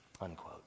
Unquote